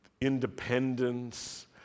independence